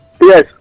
yes